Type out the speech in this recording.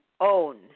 own